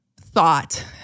thought